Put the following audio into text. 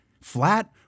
Flat